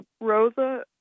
Rosa